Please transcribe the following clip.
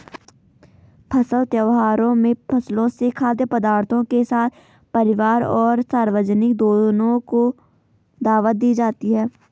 फसल त्योहारों में फसलों से खाद्य पदार्थों के साथ परिवार और सार्वजनिक दोनों को दावत दी जाती है